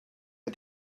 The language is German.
hat